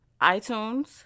iTunes